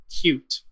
cute